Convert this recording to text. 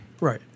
Right